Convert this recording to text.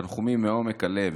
תנחומים מעומק הלב"